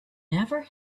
never